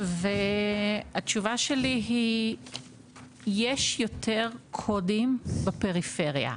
והתשובה שלי היא שיש יותר קודים בפריפריה.